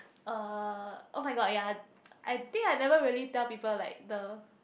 uh oh-my-god ya I think I never really tell people like the